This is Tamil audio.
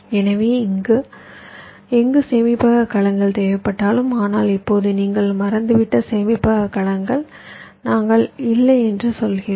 எனவே எங்கு சேமிப்பக கலங்கள் தேவைப்பட்டாலும் ஆனால் இப்போது நீங்கள் மறந்துவிட்ட சேமிப்பக கலங்கள் நாங்கள் இல்லை என்று சொல்கிறோம்